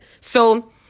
So-